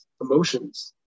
emotions